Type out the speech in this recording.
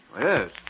Yes